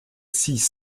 six